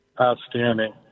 Outstanding